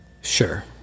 Sure